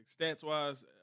stats-wise